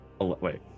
Wait